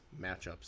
matchups